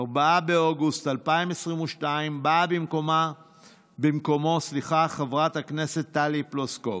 4 באוגוסט 2022, באה חברת הכנסת טלי פלוסקוב.